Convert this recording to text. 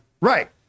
Right